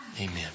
amen